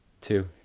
Two